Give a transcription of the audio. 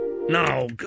No